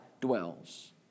dwells